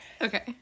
Okay